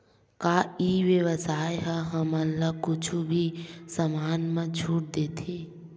का ई व्यवसाय ह हमला कुछु भी समान मा छुट देथे?